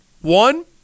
One